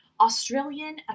Australian